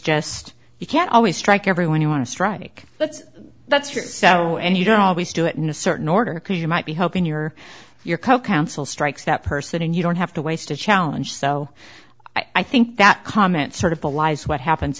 just you can't always strike everyone you want to strike but that's true and you don't always do it in a certain order because you might be hoping your or your co counsel strikes that person and you don't have to waste a challenge so i think that comment sort of belies what happens